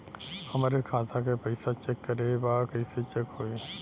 हमरे खाता के पैसा चेक करें बा कैसे चेक होई?